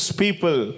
people